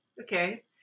okay